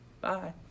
Bye